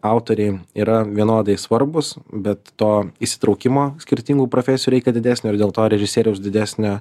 autoriai yra vienodai svarbūs bet to įsitraukimo skirtingų profesijų reikia didesnio ir dėl to režisieriaus didesnio